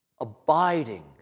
abiding